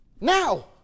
now